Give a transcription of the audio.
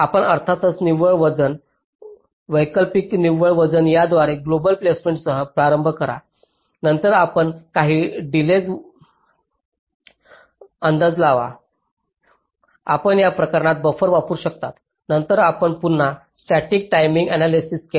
आपण अर्थातच निव्वळ वजन वैकल्पिक निव्वळ वजन याद्वारे ग्लोबल प्लेसमेंटसह प्रारंभ करा नंतर आपण काही डिलेज अंदाज लावाल आपण या प्रकरणात बफर वापरू शकता नंतर आपण पुन्हा स्टॅटिक टाईमिंग आण्यालायसिस केले